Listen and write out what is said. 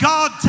God